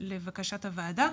לבקשת הוועדה,